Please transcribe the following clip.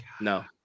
No